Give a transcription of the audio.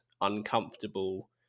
uncomfortable